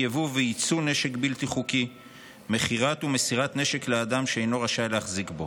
יבוא ויצוא של נשק בלתי חוקי ומכירה ומסירה של נשק לאדם שאינו רשאי בו.